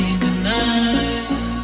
goodnight